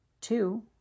Two